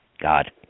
God